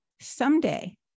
someday